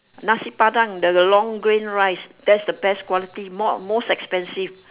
nasi-padang the long grain rice that's the best quality more most expensive